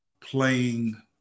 playing